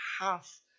Half